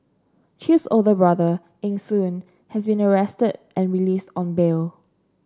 Chew's older brother Eng Soon has been arrested and released on bail